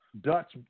Dutch